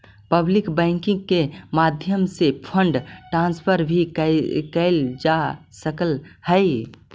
public banking के माध्यम से फंड ट्रांसफर भी कैल जा सकऽ हइ